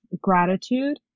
gratitude